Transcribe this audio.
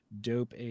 dope